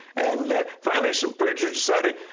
and finally, some preachers decided,